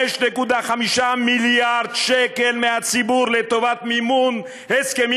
5.5 מיליארד שקל מהציבור לטובת מימון הסכמים